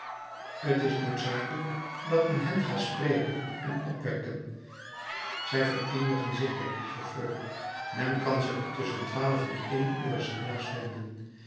t is noodzakelijk dat men hen ga spreken en opwekken zij vereenigen zich bij richefeu men kan ze er tusschen twaalf en één ure s middags vinden